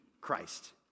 Christ